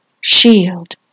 shield